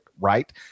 right